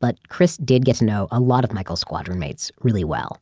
but chris did get to know a lot of michael's squad roommates really well